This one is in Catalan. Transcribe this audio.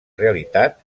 realitat